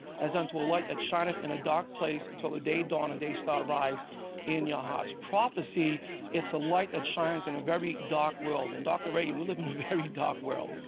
as unto a light that shineth in a dark place until the day dawns and the daystar rise in your hearts. prophecy it's a light that shines in a very dark world. and dr. reagan we live in a very dark world. yes.